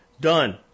Done